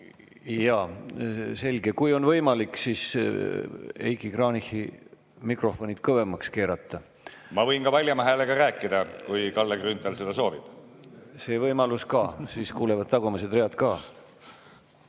Jaa, selge. Kui on võimalik, siis Heiki Kranichi mikrofoni võiks kõvemaks keerata. Ma võin ka valjema häälega rääkida, kui Kalle Grünthal seda soovib. See võimalus on ka, siis kuulevad tagumised read ka.